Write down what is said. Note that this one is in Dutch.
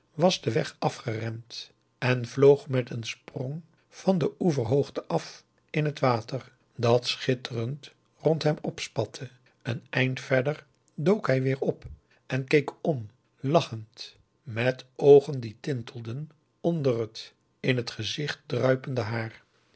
kwam den weg afgerend en vloog met een sprong van de oeverhoogte af in het water dat schitterend rond hem opspatte een eind verder dook hij weer op en keek om lachend met oogen die tintelden onder het in het gezicht druipende haar